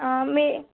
మీ